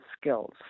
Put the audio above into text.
skills